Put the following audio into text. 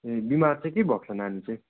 ए बिमार चाहिँ के भएको छ नानी चाहिँ